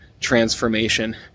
transformation